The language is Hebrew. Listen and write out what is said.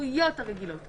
סמכויות רגילות.